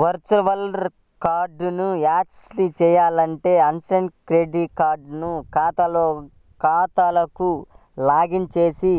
virtual కార్డ్ని access చేయాలంటే online credit card ఖాతాకు లాగిన్ చేసి